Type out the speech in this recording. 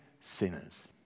sinners